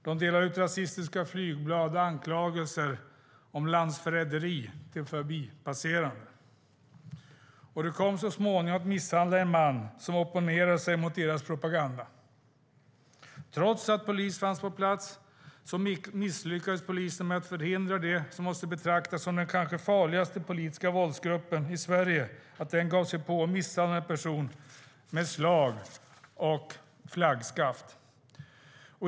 De delade ut rasistiska flygblad och anklagelser om landsförräderi till förbipasserande. De kom så småningom att misshandla en man som opponerade sig mot deras propaganda. Trots att polis fanns på plats misslyckades man med att förhindra detta. Den våldsgrupp som måste betraktas som den kanske farligaste politiska våldsgruppen i Sverige misshandlade en person med slag och flaggskaft.